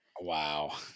Wow